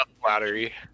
Flattery